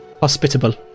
Hospitable